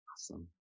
Awesome